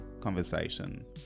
conversation